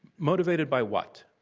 motivated by what?